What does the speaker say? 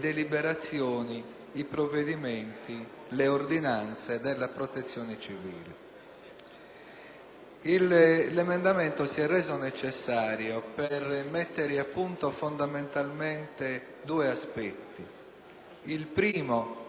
L'emendamento si è reso necessario per mettere a punto fondamentalmente due aspetti: il primo relativo alle riposizionamento di un terzo delle spese complessive